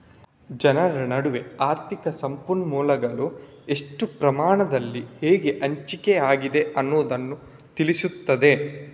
ಜನರ ನಡುವೆ ಆರ್ಥಿಕ ಸಂಪನ್ಮೂಲಗಳು ಎಷ್ಟು ಪ್ರಮಾಣದಲ್ಲಿ ಹೇಗೆ ಹಂಚಿಕೆ ಆಗಿದೆ ಅನ್ನುದನ್ನ ತಿಳಿಸ್ತದೆ